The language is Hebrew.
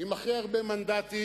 עם הכי הרבה מנדטים,